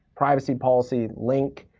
privacy policy link.